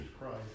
Christ